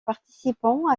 participants